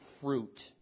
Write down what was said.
fruit